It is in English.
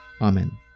Amen